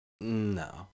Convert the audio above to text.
no